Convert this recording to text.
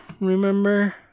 remember